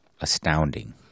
Astounding